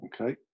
Okay